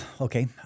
okay